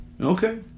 Okay